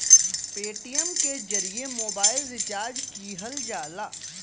Paytm के जरिए mobile recharge किहल जाला